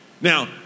Now